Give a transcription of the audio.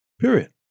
Period